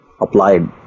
applied